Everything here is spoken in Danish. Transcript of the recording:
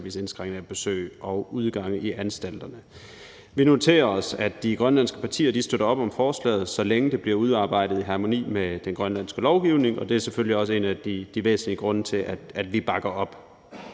indskrænkning af besøg og udgange i anstalterne. Vi noterer os, at de grønlandske partier støtter op om forslaget, så længe det bliver udarbejdet i harmoni med den grønlandske lovgivning, og det er selvfølgelig også en af de væsentlige grunde til, at vi bakker op